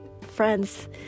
friends